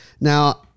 Now